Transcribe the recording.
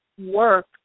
work